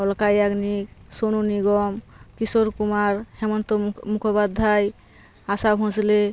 Alka Yagnik Sonu Nigam Kishore Kumar Hemant Mukho Mukhopadhyay Asha Bhosle